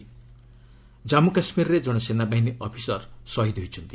ଜାମ୍ମ କାଶ୍ରୀରରେ ଜଣେ ସେନାବାହିନୀ ଅଫିସର୍ ଶହୀଦ୍ ହୋଇଛନ୍ତି